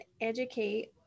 educate